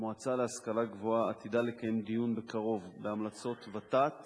המועצה להשכלה גבוהה עתידה לקיים בקרוב דיון בהמלצות ות"ת